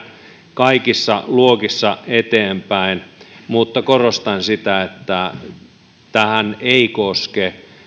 kaikissa luokissa eteenpäin mutta korostan sitä että tämähän ei koske